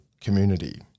community